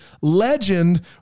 legend